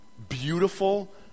Beautiful